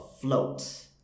float